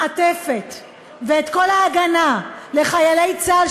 המעטפת ואת כל ההגנה לחיילי צה"ל,